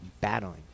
battling